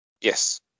Yes